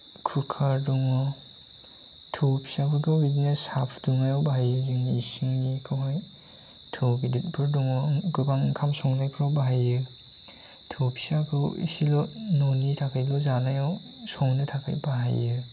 कुकार दङ थौ फिसाफोरखौ बिदिनो साहा फुदुंनायाव बाहायो जोंनि इसिंनिखौहाय थौ गिदिदफोर दङ गोबां ओंखाम संनायफ्राव बाहायो थौ फिसाखौ एसेल' न'नि थाखायल' जानायाव संनो थाखाय बाहायो